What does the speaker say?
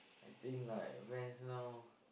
I think like Vans now